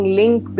link